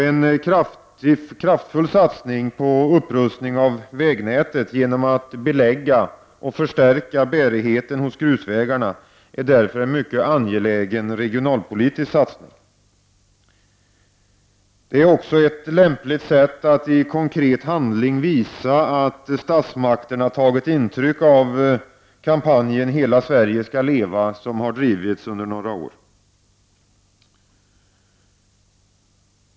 En kraftfull satsning på upprustning av vägnätet genom att belägga grusvägarna och förstärka deras bärighet är därför en angelägen regionalpolitisk satsning. Det är också ett lämpligt sätt att i konkret handling visa att statsmakterna tagit intryck av kampanjen Hela Sverige skall leva, som drivits under några år.